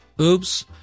oops